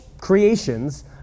creation's